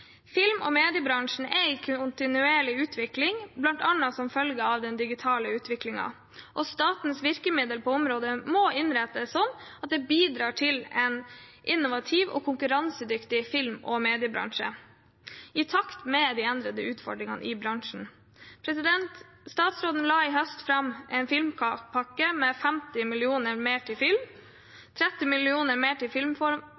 Film- og mediebransjen er i kontinuerlig utvikling, bl.a. som følge av den digitale utviklingen. Statens virkemiddel på området må innrettes sånn at det bidrar til en innovativ og konkurransedyktig film- og mediebransje i takt med de endrede utfordringene i bransjen. Statsråden la i høst fram en filmpakke med 50 mill. kr mer til